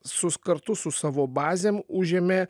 sus kartu su savo bazėm užėmė